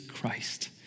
Christ